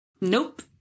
Nope